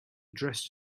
dressed